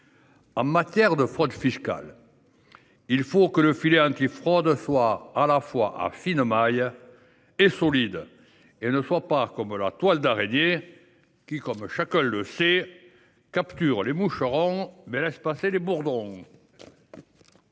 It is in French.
En matière de fraude fiscale, le filet antifraude doit être à la fois à fine maille et solide, non pas comme la toile d'araignée, qui, comme chacun le sait, capture les moucherons, mais laisse passer les bourdons.